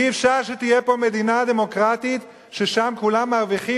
אי-אפשר שתהיה פה מדינה דמוקרטית ששם כולם מרוויחים,